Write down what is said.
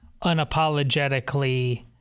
unapologetically